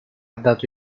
dato